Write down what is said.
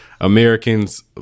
Americans